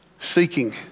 seeking